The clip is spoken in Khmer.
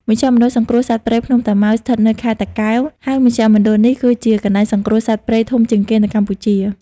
មជ្ឈមណ្ឌលសង្គ្រោះសត្វព្រៃភ្នំតាម៉ៅ ស្ថិតនៅខេត្តតាកែវ ហើយមជ្ឈមណ្ឌលនេះគឺជាកន្លែងសង្គ្រោះសត្វព្រៃធំជាងគេនៅកម្ពុជា។